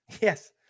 yes